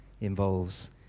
involves